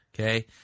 Okay